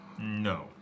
No